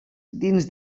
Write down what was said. dins